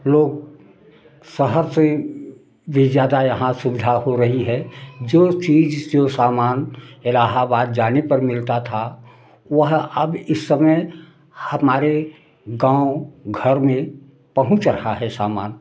लोग शहर से भी ज़्यादा यहाँ सुविधा हो रही है जो चीज़ जो सामान इलाहाबाद जाने पर मिलता था वह अब इस समय हमारे गाँव घर में पहुँच रहा है सामान